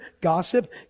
gossip